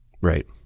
Right